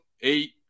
eight